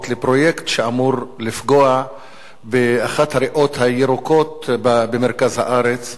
לפרויקט שאמור לפגוע באחת הריאות הירוקות במרכז הארץ.